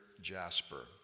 jasper